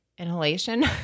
inhalation